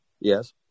Yes